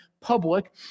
public